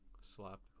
Slapped